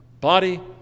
body